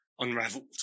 unraveled